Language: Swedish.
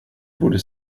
borde